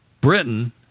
Britain